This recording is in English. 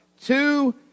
Two